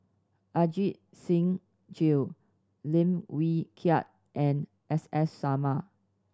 Ajit Singh Gill Lim Wee Kiak and S S Sarma